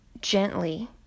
gently